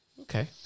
Okay